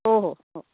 हो हो हो